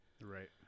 Right